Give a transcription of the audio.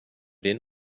den